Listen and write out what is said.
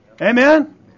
Amen